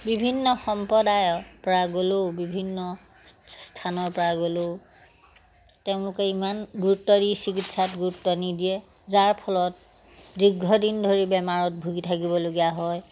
বিভিন্ন সম্প্ৰদায়ৰ পৰা গ'লেও বিভিন্ন স্থানৰ পৰা গ'লেও তেওঁলোকে ইমান গুৰুত্ব দি চিকিৎসাত গুৰুত্ব নিদিয়ে যাৰ ফলত দীৰ্ঘদিন ধৰি বেমাৰত ভুগি থাকিবলগীয়া হয়